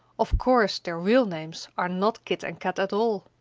of course their real names are not kit and kat at all.